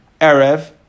Erev